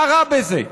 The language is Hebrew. מה רע בזה?